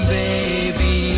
baby